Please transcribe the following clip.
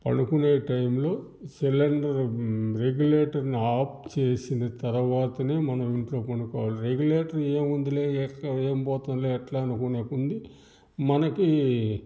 పడుకునే టైంలో సిలిండరు రెగ్యూలేటర్ని ఆప్ చేసిన తరువాతనే మనం ఇంట్లో పనుకోవాలి రెగ్యూలేటర్ ఏముందిలే ఏం పోతుందిలే అనుకునే కొద్దీ మనకి